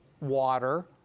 water